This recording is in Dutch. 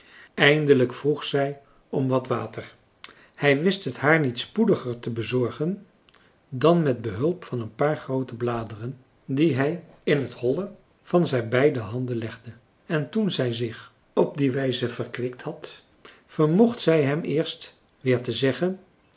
eindelijk vroeg zij om wat water hij wist het haar niet spoediger te bezorgen dan met behulp van een paar groote bladeren die hij in het holle van zijn beide handen legde en toen zij zich op die wijze verkwikt had vermocht zij hem eerst weer te zeggen